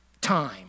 time